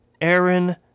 Aaron